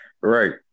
right